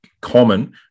common